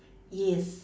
yes